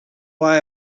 why